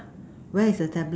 where is the tablet